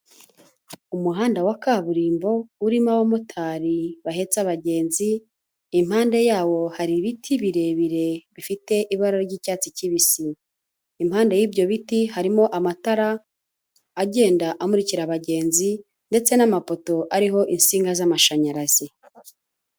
Umuhanda wa kaburimbo urimo abamotari bahetse abagenzi, impande yawo hari ibiti birebire bifite ibara ry'icyatsi kibisi. Impande y'ibyo biti harimo amatara agenda amurikira abagenzi ndetse n'amapoto ariho insinga z'amashanyarazi.